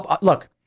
look